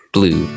Blue